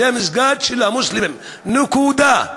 זה המסגד של המוסלמים, נקודה.